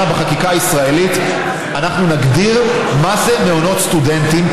בחקיקה הישראלית אנחנו נגדיר מהם מעונות סטודנטים,